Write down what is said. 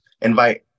invite